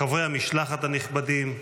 חברי המשלחת הנכבדים,